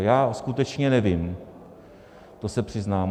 Já skutečně nevím, to se přiznám.